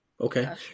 Okay